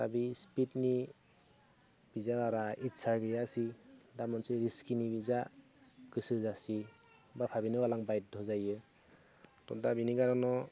दा बे स्पिडनि बिदि आरा इस्सा गैया दा मोनसे रिस्कनिनो जा गोसोजायि बा भाबिनो गानां बाध्य' जायो त' दा बेनि कारनाव